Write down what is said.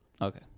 Okay